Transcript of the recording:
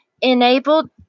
enabled